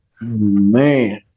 man